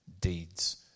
deeds